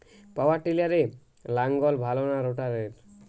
পাওয়ার টিলারে লাঙ্গল ভালো না রোটারের?